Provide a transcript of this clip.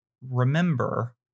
remember